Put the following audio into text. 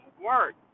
work